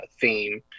theme